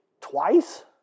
twice